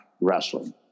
wrestling